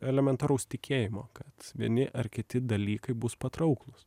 elementaraus tikėjimo kad vieni ar kiti dalykai bus patrauklūs